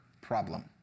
problem